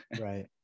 Right